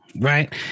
Right